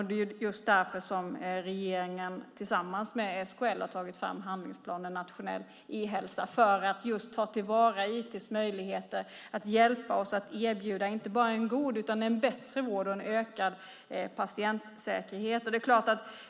Det är just därför som regeringen tillsammans med SKL har tagit fram handlingsplanen Nationell e-hälsa för att just ta till vara IT:s möjligheter att hjälpa oss att erbjuda inte bara en god utan en bättre vård och en ökad patientsäkerhet.